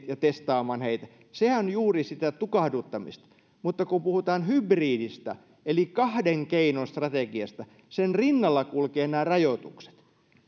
ja testaamaan heitä sehän on juuri sitä tukahduttamista mutta kun puhutaan hybridistä eli kahden keinon strategiasta sen rinnalla kulkevat nämä rajoitukset